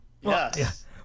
Yes